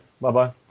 Bye-bye